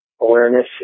awareness